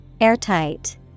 Airtight